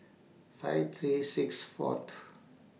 five three six four